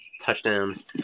touchdowns